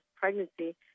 pregnancy